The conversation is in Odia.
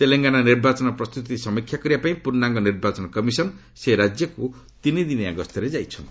ତେଲେଙ୍ଗାନାରେ ନିର୍ବାଚନ ପ୍ରସ୍ତୁତି ସମୀକ୍ଷା କରିବା ପାଇଁ ପୂର୍ଣ୍ଣାଙ୍ଗ ନିର୍ବାଚନ କମିଶନ ସେହି ରାଜ୍ୟକୁ ତିନିଦିନିଆ ଗସ୍ତରେ ଯାଇଛନ୍ତି